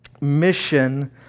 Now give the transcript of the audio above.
mission